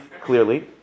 clearly